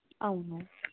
అవును